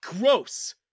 Gross